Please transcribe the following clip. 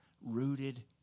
rooted